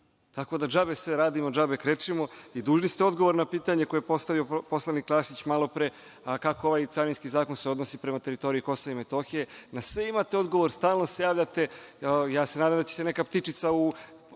Tako da, džabe sve radimo, džabe krečimo. Dužni ste odgovor na pitanje koje je postavio poslanik Krasić malopre – kako se ovaj carinski zakon odnosi prema teritoriji Kosova i Metohije? Na sve imate odgovor, stalno se javljate, ja se nadam da će se neka ptičica u